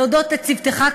ולהודות לצוותך,